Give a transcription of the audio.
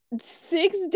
Six